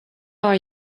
are